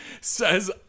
says